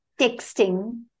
Texting